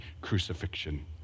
crucifixion